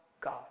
God